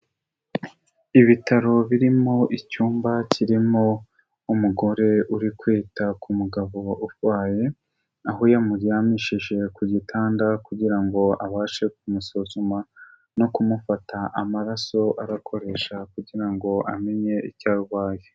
Ibitaro birimo icyumba kirimo umugore uri kwita ku mugabo urwaye, aho yamuryamishije ku gitanda kugira ngo abashe kumusuzuma no kumufata amaraso arakoresha kugira ngo amenye icyo arwaye.